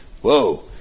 whoa